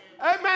Amen